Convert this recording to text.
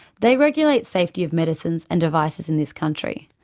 they regulate safety of medicines and devices in this country.